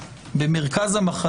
במרכזו,